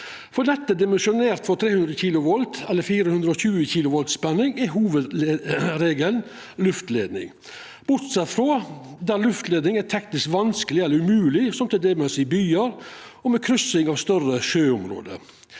For nettet dimensjonert for 300 kV eller 420 kV spenning er hovudregelen luftleidning, bortsett frå der luftleidning er teknisk vanskeleg eller umogleg, som t.d. i byar og ved kryssing av større sjøområde.